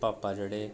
भापा जेह्ड़े